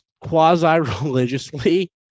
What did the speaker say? quasi-religiously